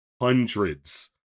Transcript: Hundreds